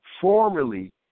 formerly